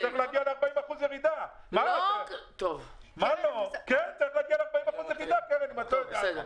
הוא צריך להגיע ל-40% ירידה בהכנסות.